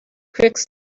crooks